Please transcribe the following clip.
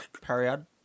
Period